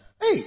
Hey